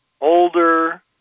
older